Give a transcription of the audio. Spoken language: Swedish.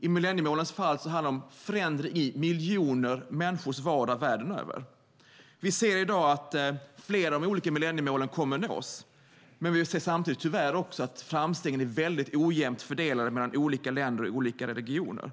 det gäller millenniemålen handlar det om förändring i miljoner människors vardag världen över. Vi ser i dag att flera av de olika millenniemålen kommer att nås, men vi ser tyvärr också samtidigt att framstegen är väldigt ojämnt fördelade mellan olika länder och olika regioner.